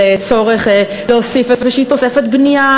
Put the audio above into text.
של צורך להוסיף איזושהי תוספת בנייה,